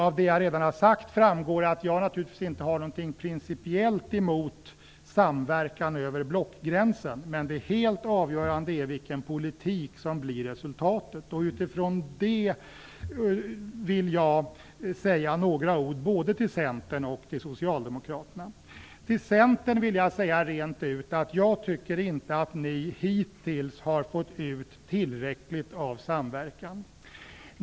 Av det jag redan har sagt framgår att jag inte har något principiellt emot samverkan över blockgränsen, men det helt avgörande är vilken politik som blir resultatet. Utifrån det vill jag säga några ord både till Centern och till Socialdemokraterna. Till Centern vill jag säga rent ut att jag inte tycker att ni hittills har fått ut tillräckligt av samverkan.